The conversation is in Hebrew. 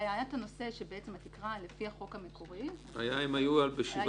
הרי היה הנושא שהתקרה לפי החוק המקורי --- הם היו ב-7.5%,